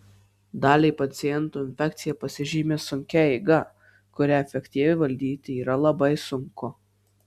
daliai pacientų infekcija pasižymi sunkia eiga kurią efektyviai valdyti yra labai sunku